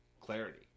Clarity